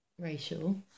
Racial